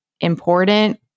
important